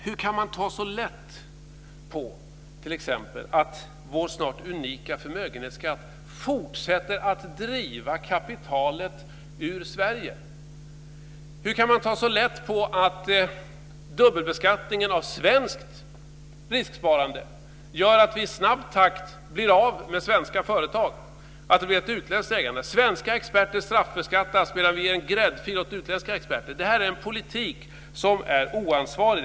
Hur kan man ta så lätt på t.ex. att vår snart unika förmögenhetsskatt fortsätter att driva kapitalet ur Sverige? Hur kan man ta så lätt på att dubbelbeskattningen av svenskt risksparande gör att vi i snabb takt blir av med svenska företag, att vi får ett utländskt ägande? Svenska experter straffbeskattas medan vi ger gräddfil åt utländska experter. Det här en politik som är oansvarig.